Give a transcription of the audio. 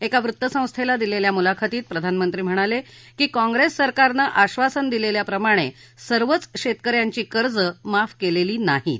एका वृत्तसंस्थेला दिलेल्या मुलाखतीत प्रधानमंत्री म्हणाले की काँप्रेस सरकारने आश्वासन दिलेल्याप्रमाणे सर्वच शेतक यांची कर्ज माफ केलेली नाहीत